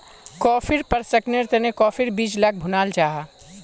कॉफ़ीर प्रशंकरनेर तने काफिर बीज लाक भुनाल जाहा